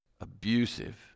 Abusive